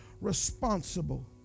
responsible